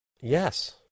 yes